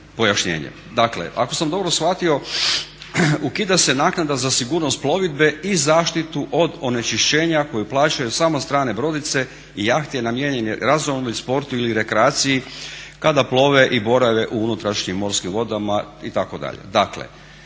pojašnjenje. Dakle, ako sam dobro shvatio ukida se naknada za sigurnost plovidbe i zaštitu od onečišćenja koju plaćaju samo strane brodice i jahte namijenjene razonodi i sportu ili rekreaciji kada plove i borave u unutrašnjim morskim vodama itd.